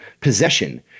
Possession